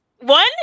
one